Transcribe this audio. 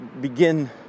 begin